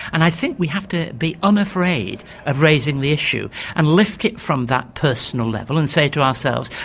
and i think we have to be unafraid of raising the issue and lift it from that personal level and say to ourselves,